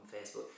Facebook